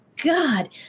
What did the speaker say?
god